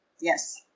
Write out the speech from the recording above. Yes